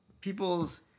people's